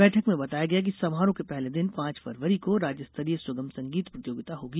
बैठक में बताया गया कि समारोह के पहले दिन पांच फरवरी को राज्यस्तरीय सुगम संगीत प्रतियोगिता होगी